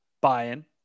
buy-in